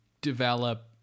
develop